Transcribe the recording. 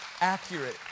accurate